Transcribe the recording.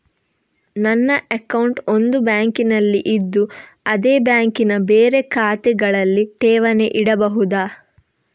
ನನ್ನ ಅಕೌಂಟ್ ಒಂದು ಬ್ಯಾಂಕಿನಲ್ಲಿ ಇದ್ದು ಅದೇ ಬ್ಯಾಂಕಿನ ಬೇರೆ ಶಾಖೆಗಳಲ್ಲಿ ಠೇವಣಿ ಇಡಬಹುದಾ?